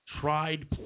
tried